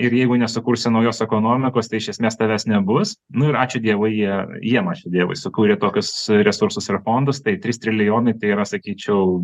ir jeigu nesukursi naujos ekonomikos tai iš esmės tavęs nebus nu ir ačiū dievui jie jiem ačiū dievui sukūrė tokius e resursus ir fondus tai trys trilijonai tai yra sakyčiau